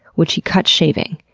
which he cut shaving.